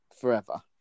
forever